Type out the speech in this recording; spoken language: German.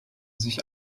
sich